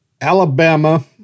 Alabama